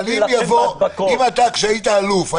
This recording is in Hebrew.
כשהיית אלוף,